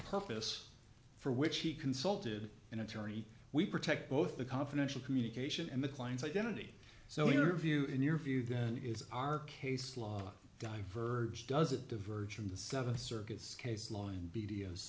purpose for which he consulted and turny we protect both the confidential communication and the client's identity so interview in your view then is our case law diverged does it diverge from the seven circuits case law and